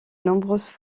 nombreuses